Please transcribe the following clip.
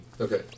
Okay